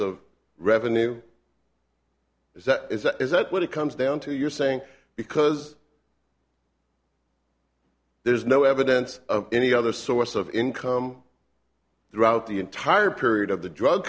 of revenue is that is that what it comes down to you're saying because there's no evidence of any other source of income throughout the entire period of the drug